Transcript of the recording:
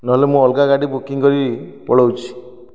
ନହେଲେ ମୁଁ ଅଲଗା ଗାଡ଼ି ବୁକିଙ୍ଗ କରିକି ପଳାଉଛି